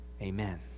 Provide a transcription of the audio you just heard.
Amen